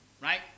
right